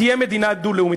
תהיה מדינה דו-לאומית.